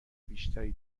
بیشتری